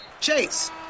Chase